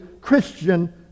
christian